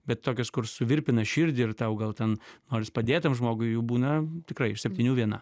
bet tokios kur suvirpina širdį ir tau gal ten noris padėt tam žmogui būna tikrai iš septynių viena